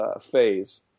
phase